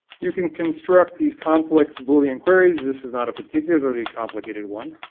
you can construct these complex boolean queries. this is not a particularly complicated one.